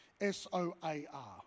S-O-A-R